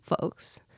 folks